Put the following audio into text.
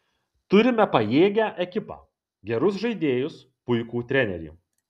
turime pajėgią ekipą gerus žaidėjus puikų trenerį